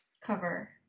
cover